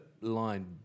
line